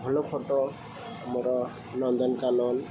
ଭଲ ଫଟୋ ମୋର ନନ୍ଦନକାନନ